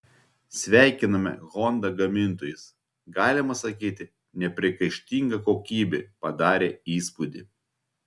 sveikiname honda gamintojus galima sakyti nepriekaištinga kokybė padarė įspūdį